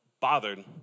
bothered